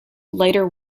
lighter